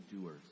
doers